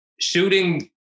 shooting